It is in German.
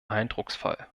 eindrucksvoll